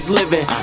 living